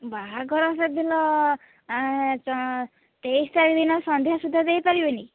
ବାହାଘର ସେଦିନ ଚ ତେଇଶ ତାରିଖ ଦିନ ସନ୍ଧ୍ୟା ସୁଦ୍ଧା ଦେଇପାରିବେନି